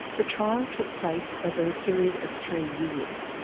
the trial took place over a period of three years.